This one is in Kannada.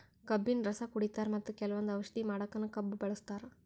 ಕಬ್ಬಿನ್ ರಸ ಕುಡಿತಾರ್ ಮತ್ತ್ ಕೆಲವಂದ್ ಔಷಧಿ ಮಾಡಕ್ಕನು ಕಬ್ಬ್ ಬಳಸ್ತಾರ್